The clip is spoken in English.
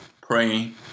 praying